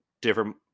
different